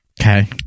Okay